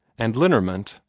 and lenormant,